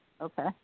Okay